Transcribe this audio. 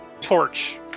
Torch